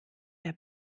der